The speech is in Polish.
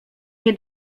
nie